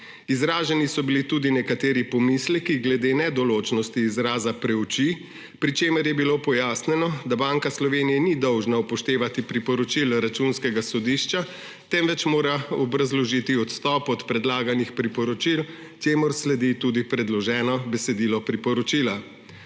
Izraženi so bili tudi nekateri pomisleki glede nedoločnosti izraza preuči, pri čemer je bilo pojasnjeno, da Banka Slovenije ni dolžna upoštevati priporočil Računskega sodišča, temveč mora obrazložiti odstop od predlaganih priporočil, čemur sledi tudi predloženo besedilo priporočila.